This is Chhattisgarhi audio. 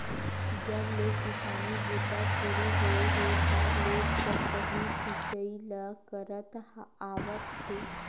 जब ले किसानी बूता सुरू होए हे तब ले सतही सिचई ल करत आवत हे